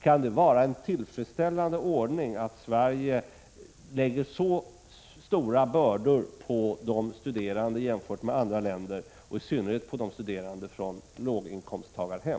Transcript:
Kan det vara en tillfredsställande ordning att Sverige lägger så stora bördor på de studerande jämfört med vad man gör i andra länder, och i synnerhet på de studerande från låginkomsttagarhem?